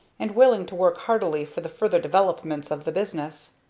and willing to work heartily for the further development of the business.